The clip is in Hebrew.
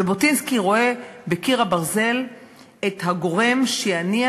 ז'בוטינסקי רואה בקיר הברזל את הגורם שיניע